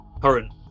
current